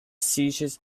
seizures